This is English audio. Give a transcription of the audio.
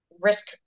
risk